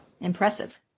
Impressive